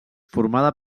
formada